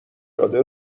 داده